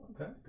Okay